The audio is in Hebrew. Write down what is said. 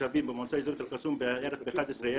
כתושבים במועצה האזורית אל קאסום, בערך ב-11,000.